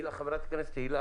אלא מה?